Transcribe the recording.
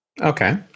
Okay